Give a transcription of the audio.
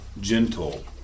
gentle